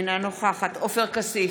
אינה נוכחת עופר כסיף,